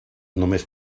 només